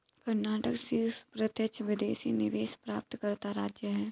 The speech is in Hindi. कर्नाटक शीर्ष प्रत्यक्ष विदेशी निवेश प्राप्तकर्ता राज्य है